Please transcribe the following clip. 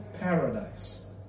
paradise